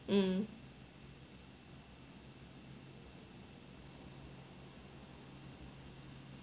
mm